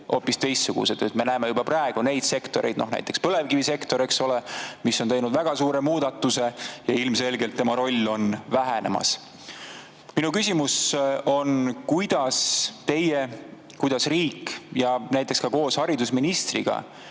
Me näeme juba praegu sektoreid, näiteks põlevkivisektorit, eks ole, mis on teinud väga suure muudatuse, ja ilmselgelt on selle roll vähenemas. Minu küsimus on, kuidas riik ja kuidas teie näiteks koos haridusministriga